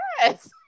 yes